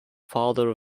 father